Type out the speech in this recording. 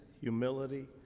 humility